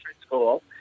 school